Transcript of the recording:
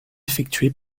effectués